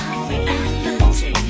reality